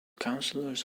councillors